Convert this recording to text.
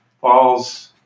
Falls